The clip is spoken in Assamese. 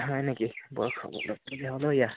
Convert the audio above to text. হয় নেকি বৰ খবৰ লব'লগীয়া হ'ল অ' ইয়াৰ